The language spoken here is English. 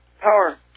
power